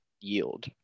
Yield